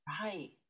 Right